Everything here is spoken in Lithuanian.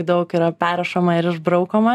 daug yra perrašoma ir išbraukoma